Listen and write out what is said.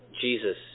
Jesus